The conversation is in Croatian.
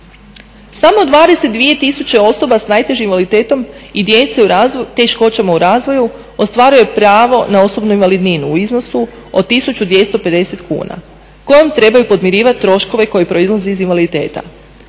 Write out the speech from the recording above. Samo 22 000 osoba s najtežim invaliditetom i djece s teškoćama u razvoju ostvaruje pravo na osobnu invalidninu u iznosu od 1250 kuna kojom trebaju podmirivat troškove koji proizlaze iz invaliditeta.